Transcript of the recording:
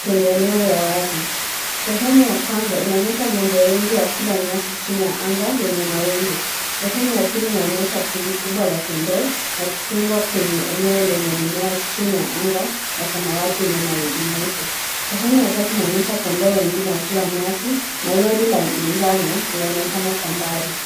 kwenye eneo ya wazi. Sehemu ya kwanza inaonyesha ng'ombe wengi wakila nyasi chini ya anga yenye mawingu. Sehemu ya pili inaonyesha kundi kubwa la kondoo wakichungwa kwenye eneo lenye mimea chini ya anga la samawati yenye mawingu meupe. Sehemu ya tatu inaonyesha kondoo wengine wakila nyasi na lori la manjano linaonekana kwa mbali.